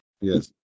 yes